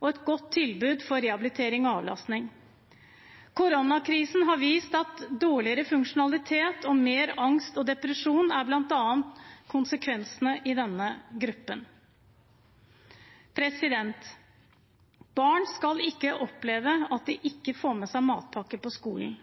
og et godt tilbud for rehabilitering og avlastning. Koronakrisen har vist at dårligere funksjonalitet og mer angst og depresjon er blant konsekvensene for denne gruppen. Barn skal ikke oppleve at de ikke får med seg matpakke på skolen.